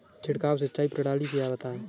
छिड़काव सिंचाई प्रणाली क्या है बताएँ?